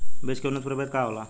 बीज के उन्नत प्रभेद का होला?